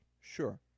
Sure